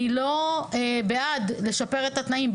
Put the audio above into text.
אני בעד לשפר את התנאים,